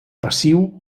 passiu